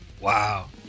Wow